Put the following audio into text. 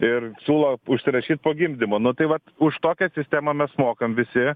ir siūlo užsirašyt po gimdymo nu tai vat už tokią sistemą mes mokam visi